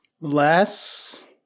Less